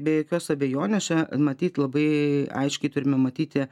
be jokios abejonės čia matyt labai aiškiai turime matyti